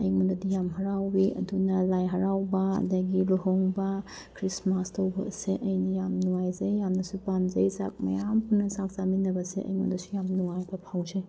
ꯑꯩꯉꯣꯟꯗꯗꯤ ꯌꯥꯝ ꯍꯔꯥꯎꯋꯦ ꯑꯗꯨꯅ ꯂꯥꯏ ꯍꯔꯥꯎꯕ ꯑꯗꯒꯤ ꯂꯨꯍꯣꯡꯕ ꯈ꯭ꯔꯤꯁꯃꯥꯁ ꯇꯧꯕ ꯑꯁꯦ ꯑꯩꯅ ꯌꯥꯝ ꯅꯨꯡꯉꯥꯏꯖꯩ ꯌꯥꯝꯅꯁꯨ ꯄꯥꯝꯖꯩ ꯆꯥꯛ ꯃꯌꯥꯝ ꯄꯨꯟꯅ ꯆꯥꯛ ꯆꯥꯃꯤꯟꯅꯕꯁꯦ ꯑꯩꯉꯣꯟꯗꯁꯨ ꯌꯥꯝ ꯅꯨꯡꯉꯥꯏꯕ ꯐꯥꯎꯖꯩ